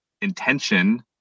intention